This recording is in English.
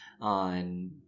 on